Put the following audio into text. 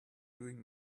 doing